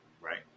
right